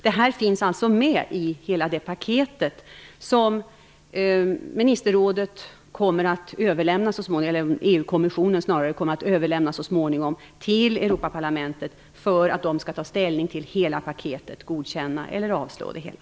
Det här finns alltså med i det paket som EU kommissionen småningom kommer att överlämna till Europaparlamentet för ställningstagande - för att godkänna eller avslå det hela.